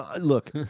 Look